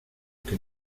que